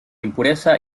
impureza